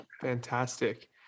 Fantastic